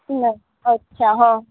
નહીં અચ્છા હા